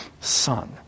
Son